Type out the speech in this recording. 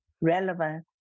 relevant